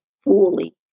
fully